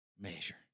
measure